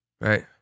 Right